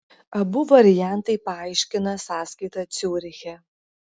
abu variantai paaiškina sąskaitą ciuriche